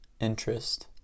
interest